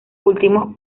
últimos